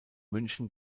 münchen